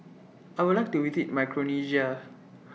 I Would like to visit Micronesia